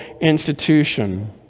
institution